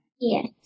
Yes